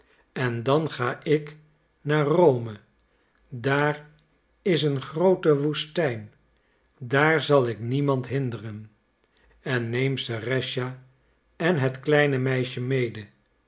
en dan ga ik naar rome daar is een groote woestijn daar zal ik niemand hinderen en neem serëscha en het kleine meisje mede